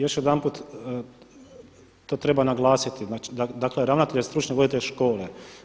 Još jedanput to treba naglasiti, da dakle ravnatelj je stručni voditelj škole.